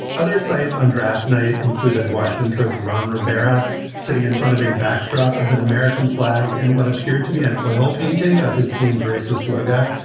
other sites on draft night included washington coach ron rivera sitting in front of a backdrop of an american flag and what appeared to be an oil painting of his team's racist logo.